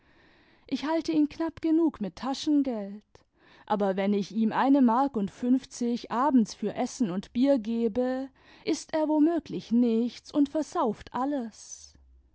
ich halte ihn knapp genug mit taschengeld aber wenn ich ihm eine mark und fünfzig abends für essen und bier gebe ißt er womöglich nichts und versauft alles